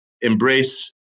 embrace